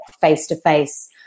face-to-face